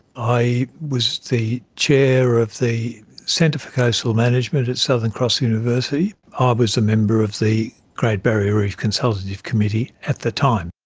i was the chair of the centre for coastal management at southern cross university. ah i was a member of the great barrier reef consultative committee at the time.